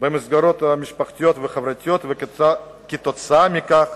במסגרות המשפחתיות והחברתיות וכתוצאה מכך